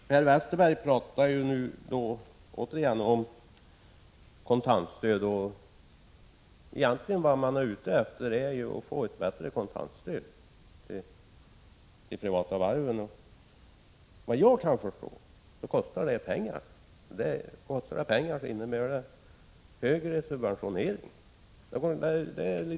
Fru talman! Per Westerberg pratar återigen om kontantstödet. Vad man egentligen är ute efter är att få ett bättre kontantstöd till de privata varven. Vad jag kan förstå kostar det pengar. Det innebär högre subventionering.